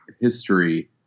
history